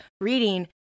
reading